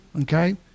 Okay